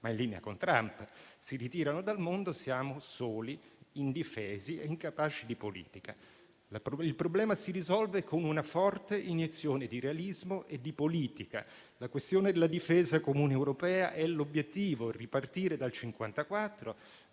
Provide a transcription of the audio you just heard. ma in linea con Trump - si ritirano dal mondo, siamo soli, indifesi e incapaci di politica. Il problema si risolve con una forte iniezione di realismo e di politica. La questione della difesa comune europea è l'obiettivo: occorre ripartire dal 1954,